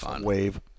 wave